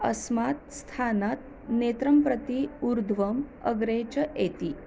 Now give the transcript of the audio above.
अस्मात् स्थानात् नेत्रं प्रति ऊर्ध्वम् अग्रे च एति